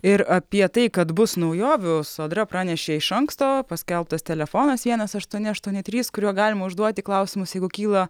ir apie tai kad bus naujovių sodra pranešė iš anksto paskelbtas telefonas vienas aštuoni aštuoni trys kuriuo galima užduoti klausimus jeigu kyla